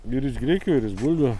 ir iš grikių ir iš bulvių